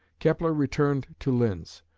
kepler returned to linz,